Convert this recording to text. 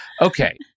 Okay